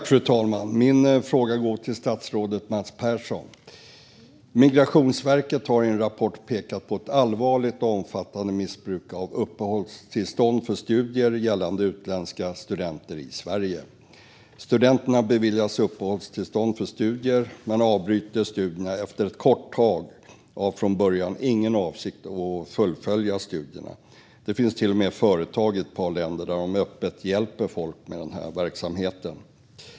Fru talman! Min fråga går till statsrådet Mats Persson. Migrationsverket har i en rapport pekat på ett allvarligt och omfattande missbruk av uppehållstillstånd för studier som ges till utländska studenter i Sverige. Studenterna beviljas uppehållstillstånd för studier men avbryter dem efter ett kort tag. De har inte ens från början några avsikter att fullfölja studierna. Det finns till och med företag i ett par länder som öppet hjälper folk med den här verksamheten.